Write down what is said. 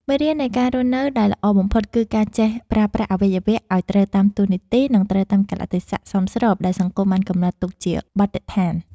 មេរៀននៃការរស់នៅដែលល្អបំផុតគឺការចេះប្រើប្រាស់អវយវៈឱ្យត្រូវតាមតួនាទី និង ត្រូវតាមកាលៈទេសៈសមស្របដែលសង្គមបានកំណត់ទុកជាបទដ្ឋាន។